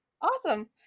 Awesome